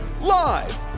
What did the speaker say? Live